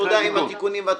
נמנעת.